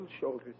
shoulders